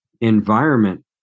environment